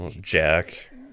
Jack